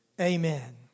Amen